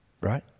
Right